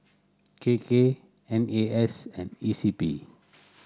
K K N A S and E C P